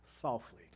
Softly